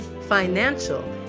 financial